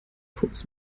kurz